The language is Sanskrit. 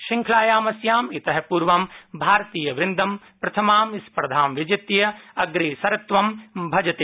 श्रृंख लायाम् अस्यां इतः पूर्वं भारतीयवृन्द प्रथमां स्पर्धां विजित्य अग्रेसरत्वं भजते